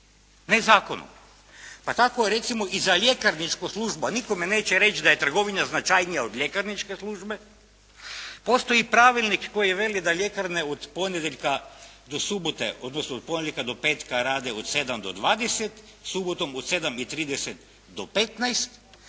ne zakonom. Pa tako recimo i za ljekarničku službu, a nitko mi neće reći da je trgovina značajnija od ljekarničke službe postoji pravilnik koji veli da ljekarne od ponedjeljka do subote, odnosno od